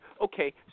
Okay